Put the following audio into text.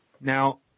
now